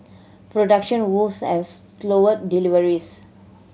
production woes has slowed deliveries